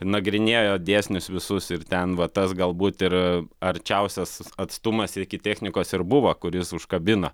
nagrinėjo dėsnius visus ir ten va tas galbūt ir arčiausias atstumas ir iki technikos ir buvo kuris užkabino